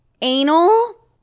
Anal